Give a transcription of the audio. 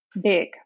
big